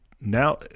Now